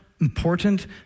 important